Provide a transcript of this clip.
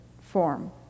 form